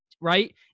right